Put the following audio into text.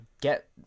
get